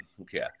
Okay